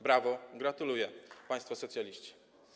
Brawo, gratuluję, państwo socjaliści.